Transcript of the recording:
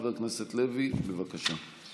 חבר הכנסת לוי, בבקשה.